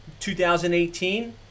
2018